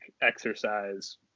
exercise